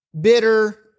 bitter